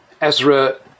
Ezra